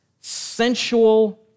sensual